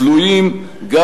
תלויים גם,